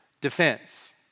defense